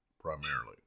primarily